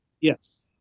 Yes